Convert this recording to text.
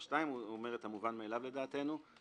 מאליו, לדעתנו.